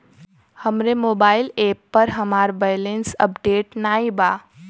हमरे mobile app पर हमार बैलैंस अपडेट नाई बा